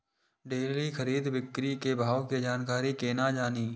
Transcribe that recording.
Daily खरीद बिक्री के भाव के जानकारी केना जानी?